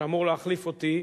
שאמור להחליף אותי,